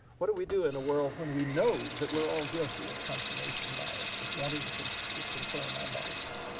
what do we do in a world when we know that we're all guilty of confirmation bias, of wanting to to confirm our biases?